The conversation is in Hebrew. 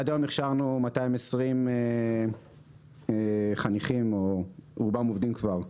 עד היום הכשרנו 220 חניכים, רובם כבר עובדים,